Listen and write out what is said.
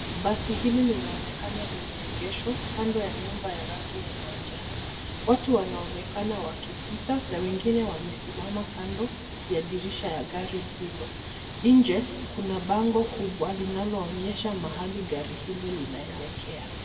Basi hili linaonekana limeegeshwa kando ya nyumba ya rangi ya manjano. Watu wanaonekana wakipita na wengine wamesimama kando ya dirisha ya gari hilo. Nje kuna bango kubwa linaloonyesha mahali gari hilo linaelekea.